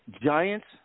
Giants